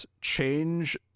change